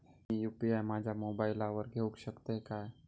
मी UPI माझ्या मोबाईलावर घेवक शकतय काय?